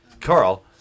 Carl